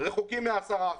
רחוקים מ-10%.